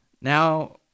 Now